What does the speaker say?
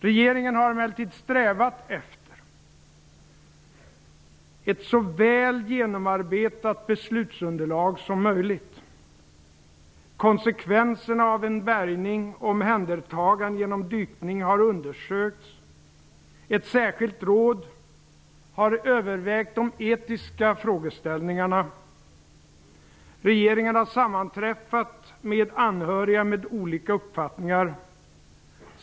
Regeringen har emellertid strävat efter ett så väl genomarbetat beslutsunderlag som möjligt. Konsekvenserna av en bärgning och omhändertagande via dykning har undersökts. Ett särskilt råd har övervägt de etiska frågeställningarna. Regeringen har sammanträffat med anhöriga med olika uppfattningar.